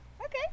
okay